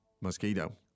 mosquito